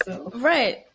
Right